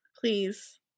please